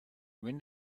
when